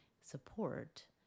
support